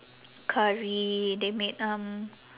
curry they made um